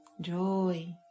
joy